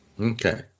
Okay